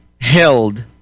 held